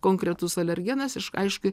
konkretus alergenas iš aišku